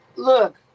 Look